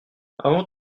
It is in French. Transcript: avant